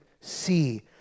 see